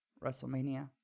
WrestleMania